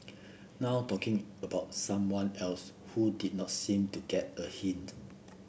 now talking about someone else who did not seem to get a hint